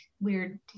weird